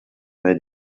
made